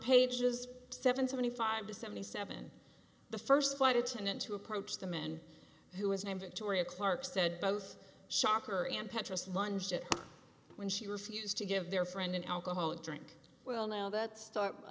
pages seven seventy five to seventy seven the first flight attendant to approach the man who was named victoria clarke said both shopper and petrus lunged at when she refused to give their friend an alcoholic drink well now that star i